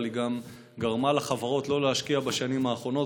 אבל גם גרמה לחברות שלא להשקיע בשנים האחרונות,